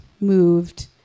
moved